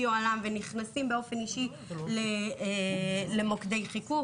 ונכנסים באופן אישי למוקדי חיכוך,